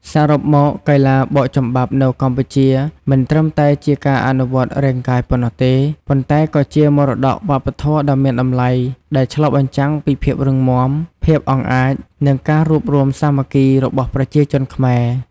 សរុបមក កីឡាបោកចំបាប់នៅកម្ពុជាមិនត្រឹមតែជាការអនុវត្តរាងកាយប៉ុណ្ណោះទេ ប៉ុន្តែក៏ជាមរតកវប្បធម៌ដ៏មានតម្លៃដែលឆ្លុះបញ្ចាំងពីភាពរឹងមាំ ភាពអង់អាច និងការរួបរួមសាមគ្គីរបស់ប្រជាជនខ្មែរ។